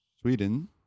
Sweden